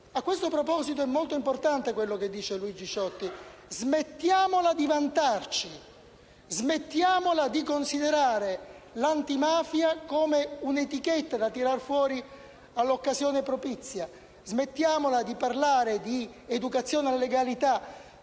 A questo proposito, è molto importante quanto dice Luigi Ciotti: smettiamola di vantarci. Smettiamola di considerare l'antimafia come un'etichetta da tirare fuori all'occasione propizia. Smettiamola di parlare di educazione alla legalità